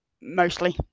mostly